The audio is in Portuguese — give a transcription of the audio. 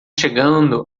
chegando